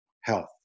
health